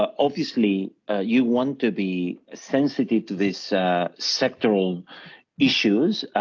ah obviously you want to be sensitive to this sectoral issues.